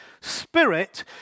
spirit